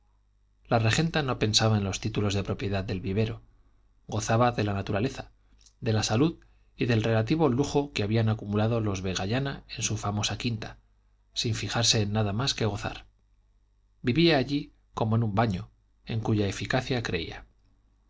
la regenta no pensaba en los títulos de propiedad del vivero gozaba de la naturaleza de la salud y del relativo lujo que habían acumulado los vegallana en su famosa quinta sin fijarse en nada más que gozar vivía allí como en un baño en cuya eficacia creía